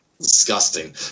disgusting